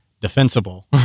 defensible